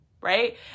right